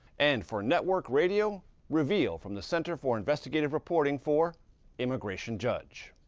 and for network radio reveal from the center for investigative reporting for immigration judge.